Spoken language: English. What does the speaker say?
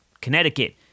Connecticut